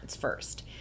first